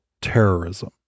terrorism